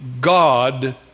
god